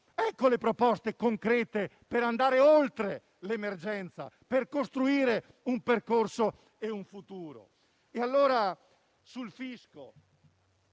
Ecco le proposte concrete per andare oltre l'emergenza, per costruire un percorso e un futuro. Per quanto